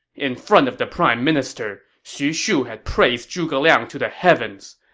in front of the prime minister, xu shu had praised zhuge liang to the heavens.